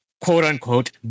quote-unquote